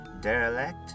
Derelict